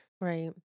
Right